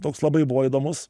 toks labai buvo įdomus